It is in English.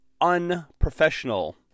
unprofessional